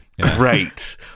Great